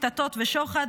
קטטות ושוחד,